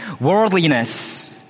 worldliness